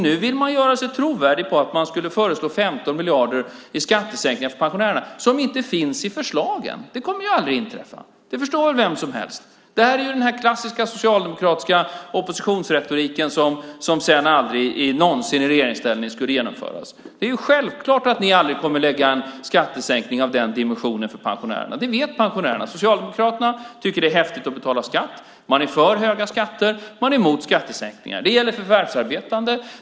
Nu vill man göra sig trovärdig på att man skulle föreslå 15 miljarder i skattesänkningar för pensionärerna. Det finns inte i förslagen. Det kommer ju aldrig att inträffa. Det förstår väl vem som helst. Det här är den klassiska socialdemokratiska oppositionsretoriken som sedan aldrig någonsin i regeringsställning skulle genomföras. Det är självklart att ni aldrig kommer att lägga fram en skattesänkning av den dimensionen för pensionärerna. Det vet pensionärerna. Socialdemokraterna tycker att det är häftigt att betala skatt. Man är för höga skatter. Man är emot skattesänkningar. Det gäller förvärvsarbetande.